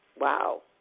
Wow